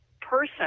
person